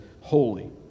holy